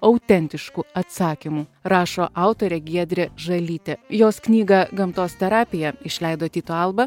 autentiškų atsakymų rašo autorė giedrė žalytė jos knygą gamtos terapija išleido tyto alba